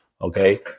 Okay